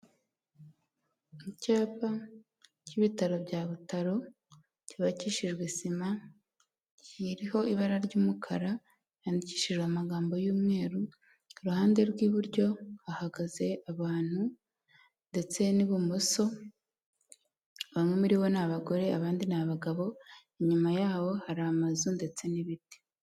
Icyapa cy'ibitaro bya butaro kibakishijwe sima kiriho ibara ry'umukara yandikishijwe amagambo y'umweru iruhande rw'iburyo hagaze abantu ndetse n'ibumoso ,bamwe muri bo n'abagore abandi n'abagabo, inyuma yabo hari amazu ndetse n'ibiti.